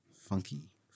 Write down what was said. Funky